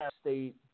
state